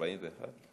1941?